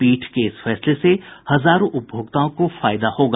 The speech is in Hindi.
पीठ के इस फैसले से हजारों उपभोक्ताओं को फायदा होगा